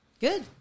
Good